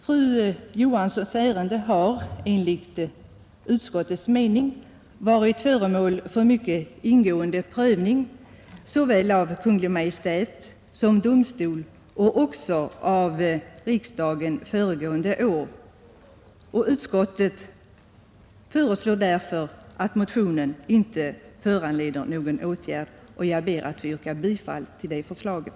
Fru Johanssons ärende har varit föremål för mycket ingående prövning, såväl av Kungl. Maj:t som av domstol och också av riksdagen föregående år. Utskottet föreslår att motionen inte föranleder någon åtgärd, och jag yrkar bifall till förslaget.